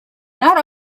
not